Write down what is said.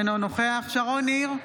אינו נוכח שרון ניר,